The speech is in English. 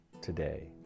today